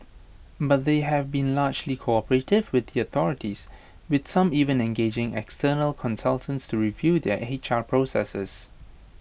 but they have been largely cooperative with the authorities with some even engaging external consultants to review their H R processes